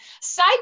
Side